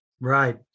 Right